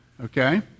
Okay